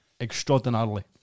extraordinarily